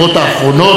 שגם דנה,